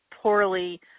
poorly